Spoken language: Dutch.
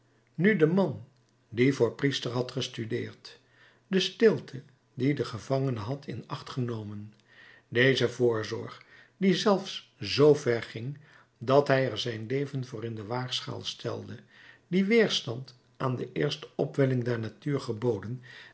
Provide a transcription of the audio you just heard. nu den man die voor priester had gestudeerd de stilte die de gevangene had in acht genomen deze voorzorg die zelfs zoover ging dat hij er zijn leven voor in de waagschaal stelde die weerstand aan de eerste opwelling der